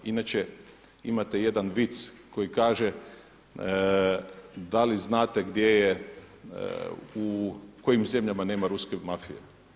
Inače imate jedan vic koji kaže da li znate gdje je, u kojim zemljama nema ruske mafije?